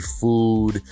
food